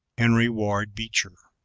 henry ward beecher.